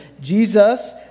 Jesus